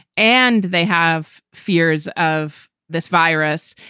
and they have fears of this virus,